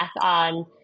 on